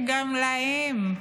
גם להם,